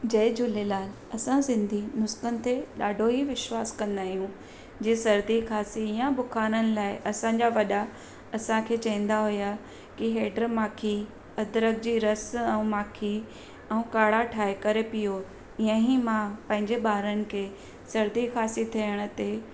जय झूलेलाल असां सिंधी नुस्खनि ते ॾाढो ई विश्वास कंदा आहियूं जीअं सर्दी खासी या बुख़ारनि लाइ असांजा वॾा असांखे चवंदा हुआ की हैड्र माखी अदरक जी रस ऐं माखी ऐं काड़ा ठाहे करे पियो ईअं ई मां पंहिंजे ॿारनि खे सर्दी खांसी थियण ते